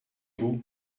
vous